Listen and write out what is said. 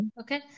Okay